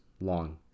long